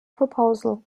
proposal